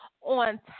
on